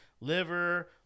liver